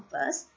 first